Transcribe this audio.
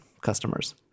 customers